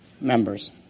members